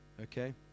Okay